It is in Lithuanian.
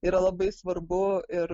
yra labai svarbu ir